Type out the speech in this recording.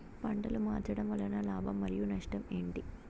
పంటలు మార్చడం వలన లాభం మరియు నష్టం ఏంటి